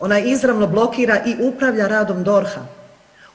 Ona izravno blokira i upravlja radom DORH-a.